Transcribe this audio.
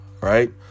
Right